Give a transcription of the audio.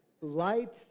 Light